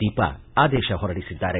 ದೀಪಾ ಆದೇಶ ಹೊರಡಿಸಿದ್ದಾರೆ